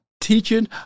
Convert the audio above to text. teaching